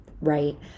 right